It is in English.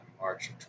March